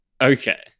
Okay